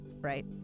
right